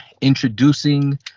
introducing